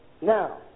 Now